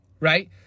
right